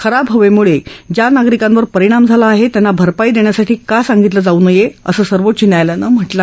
खराब हवेम्ळे ज्या नागरिकांवर सरिणाम झाला आहे त्यांना भर ाई देण्यासाठी का सांगितलं जाऊ नये असं सर्वोच्च न्यायालयानं म्हटलं आहे